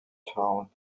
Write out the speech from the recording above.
town